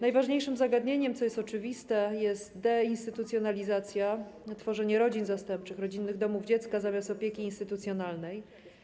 Najważniejszym zagadnieniem, co oczywiste, jest deinstytucjonalizacja, tworzenie rodzin zastępczych, rodzinnych domów dziecka zamiast miejsc opieki instytucjonalnej.